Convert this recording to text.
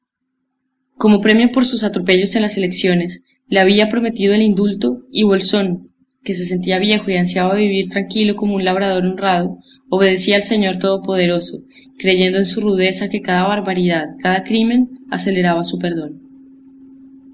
como premio por sus atropellos en las elecciones le había prometido el indulto y bolsón que se sentía viejo y ansiaba vivir tranquilo como un labrador honrado obedecía al señor todopoderoso creyendo en su rudeza que cada barbaridad cada crimen aceleraba su perdón